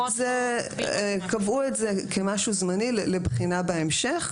קבעו את זה כמשהו זמני לבחינה בהמשך.